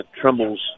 Trumbull's